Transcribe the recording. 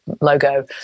logo